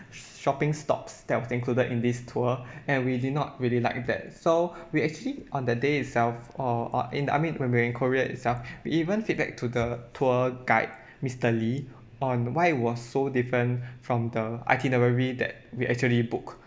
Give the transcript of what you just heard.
shopping stops that was included in this tour and we did not really like that so we actually on the day itself uh uh in the I mean when we're in korea itself we even feedback to the tour guide mister lee on why it was so different from the itinerary that we actually book